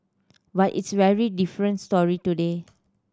but it's very different story today